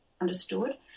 understood